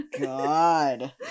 God